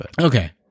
Okay